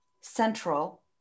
Central